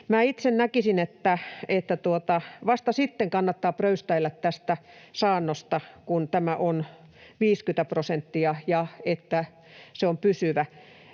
Itse näkisin, että vasta sitten kannattaa pröystäillä tästä saannosta, kun tämä on 50 prosenttia ja tämä on pysyvä.